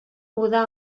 uda